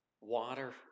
water